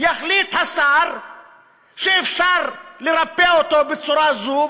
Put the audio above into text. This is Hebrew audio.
יחליט השר שאפשר לרפא אותו בצורה זו או